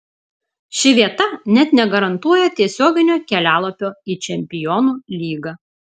ši vieta net negarantuoja tiesioginio kelialapio į čempionų lygą